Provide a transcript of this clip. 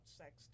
sex